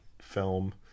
film